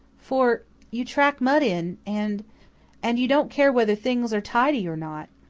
for you track mud in and and you don't care whether things are tidy or not.